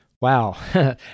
Wow